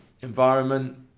environment